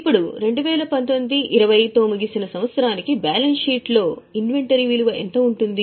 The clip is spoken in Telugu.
ఇప్పుడు 19 మరియు 20 తో ముగిసిన సంవత్సరానికి బ్యాలెన్స్ షీట్లో ఇన్వెంటరీ విలువ ఎంత ఉంటుంది